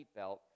seatbelt